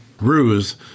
ruse